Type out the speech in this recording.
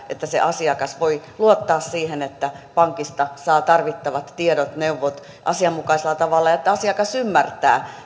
tärkeää että asiakas voi luottaa siihen että pankista saa tarvittavat tiedot neuvot asianmukaisella tavalla ja että asiakas ymmärtää